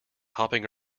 hopping